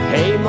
Hey